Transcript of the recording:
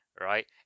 right